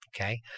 Okay